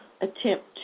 attempt